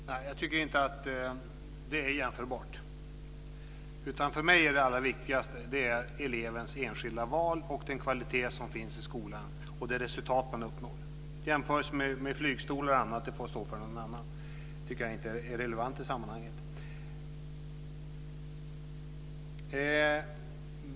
Fru talman! Jag tycker inte att det är jämförbart. För mig är det allra viktigaste elevens enskilda val, den kvalitet som finns i skolan och det resultat man uppnår. Jämförelser med flygstolar och annat får stå för någon annan. Det tycker jag inte är relevant i sammanhanget.